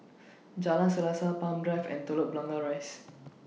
Jalan Selaseh Palm Drive and Telok Blangah Rise